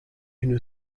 une